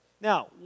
now